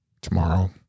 tomorrow